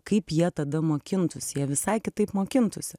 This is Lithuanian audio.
kaip jie tada mokintųsi jie visai kitaip mokintųsi